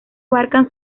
abarca